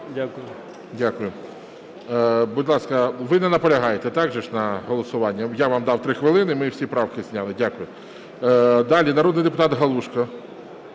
Дякую. Будь ласка, ви не наполягаєте на голосуванні? Я вам дав три хвилини, ми всі правки зняли. Дякую. Далі народний депутат Галушко